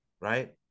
right